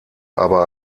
aber